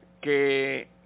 que